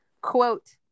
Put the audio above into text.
quote